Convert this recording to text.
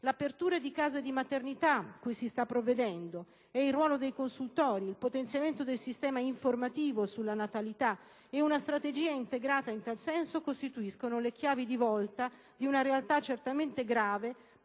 l'apertura di case di maternità (cui si sta provvedendo), il ruolo dei consultori, il potenziamento del sistema informativo sulla natalità e una strategia integrata in tal senso costituiscono le chiavi di volta di una realtà certamente grave,